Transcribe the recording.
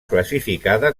classificada